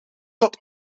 tot